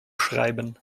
schreiben